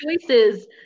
choices